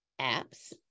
apps